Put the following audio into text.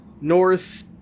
north